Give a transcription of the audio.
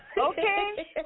Okay